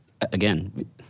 again